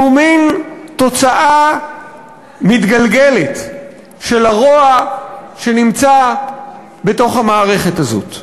שהוא מין תוצאה מתגלגלת של הרוע שנמצא בתוך המערכת הזאת.